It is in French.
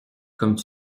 comme